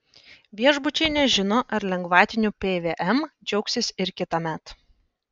viešbučiai nežino ar lengvatiniu pvm džiaugsis ir kitąmet